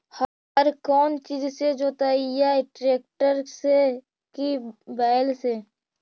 हर कौन चीज से जोतइयै टरेकटर से कि बैल से?